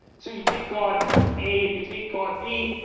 so you take god a and you take god b,